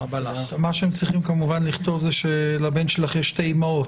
מה שהם צריכים כמובן לכתוב זה שלבן שלך יש שתי אימהות,